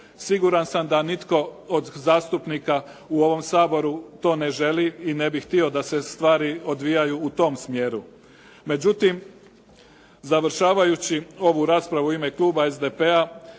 Siguran sam da nitko od zastupnika u ovom Saboru to ne želi i ne bi htio da se stvari odvijaju u tom smjeru, međutim završavajući ovu raspravu u ime kluba SDP-a,